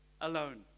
alone